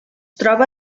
troba